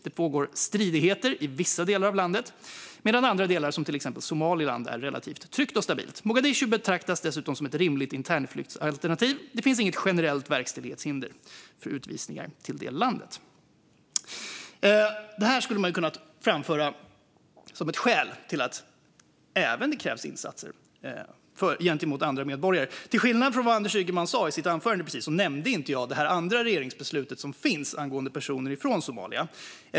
Det pågår stridigheter i vissa delar av landet medan andra delar, till exempel Somaliland, är relativt trygga och stabila. Mogadishu betraktas dessutom som ett rimligt internflyktsalternativ. Det finns inget generellt verkställighetshinder för utvisningar till det landet. Det här skulle man ju ha kunnat framföra som ett skäl till att det även krävs insatser gentemot andra medborgare. Till skillnad från vad Anders Ygeman precis sa i sitt anförande nämnde jag inte det här andra regeringsbeslutet som finns angående personer från Somalia.